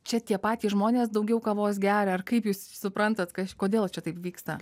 čia tie patys žmonės daugiau kavos geria ar kaip jūs suprantat kodėl čia taip vyksta